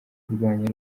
kurwanya